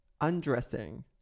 undressing